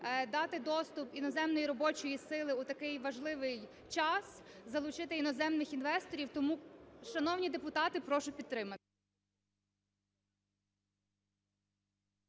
дати доступ іноземної робочої сили у такий важливий час залучити іноземних інвесторів. Тому, шановні депутати, прошу підтримати.